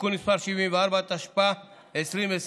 (תיקון מס' 74), התשפ"א 2020,